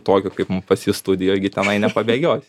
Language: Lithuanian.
tokio kaip pas jus studijoj gi tenai nepabėgiosi